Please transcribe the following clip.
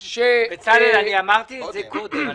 בצלאל, אני אמרתי את זה קודם.